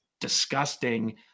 disgusting